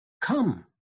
come